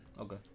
Okay